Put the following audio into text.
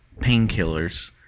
painkillers